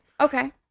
Okay